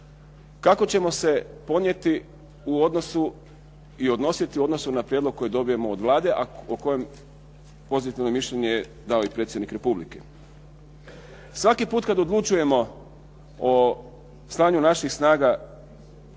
kako ćemo se ponijeti u odnosu i odnositi u odnosu na prijedlog koji dobijemo od Vlade a o kojem je pozitivno mišljenje dao i Predsjednik Republike. Svaki put kada odlučujemo o stanju naših snaga